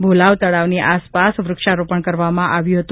ભોલાવ તળાવની આસપાસ વૃક્ષારોપણ કરવામાં આવ્યું હતું